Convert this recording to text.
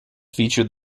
featured